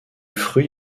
fruit